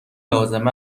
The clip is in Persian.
لازم